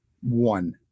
One